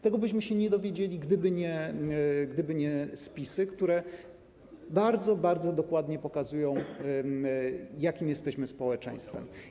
Tego byśmy się nie dowiedzieli, gdyby nie spisy, które bardzo, bardzo dokładnie pokazują, jakim jesteśmy społeczeństwem.